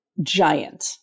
giant